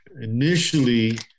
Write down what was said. initially